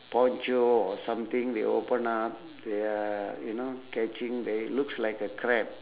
poncho or something they open up they are you know catching they looks like a crab